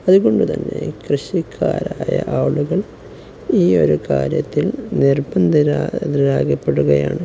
അതുകൊണ്ടുതന്നെ കൃഷിക്കാരായ ആളുകൾ ഈ ഒരു കാര്യത്തിൽ നിർബന്ധതരാകപ്പെടുകയാണ്